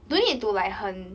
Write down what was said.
mm